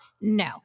No